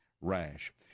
rash